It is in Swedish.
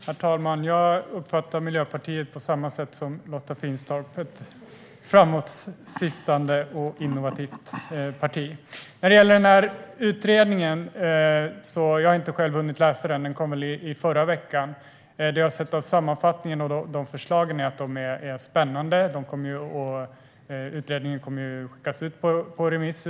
Herr talman! Jag uppfattar Miljöpartiet på samma sätt som Lotta Finstorp gör, som ett framåtsiktande och innovativt parti. Jag har själv inte hunnit läsa utredningen; den kom väl förra veckan. Det jag har sett i sammanfattningen av förslagen är att de är spännande. Jag utgår från att utredningen ska skickas ut på remiss.